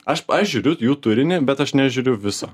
aš aš žiūriu jų turinį bet aš nežiūriu viso